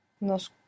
Nos